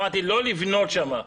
אמרתי לא לבנות שם.